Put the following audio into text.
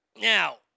Now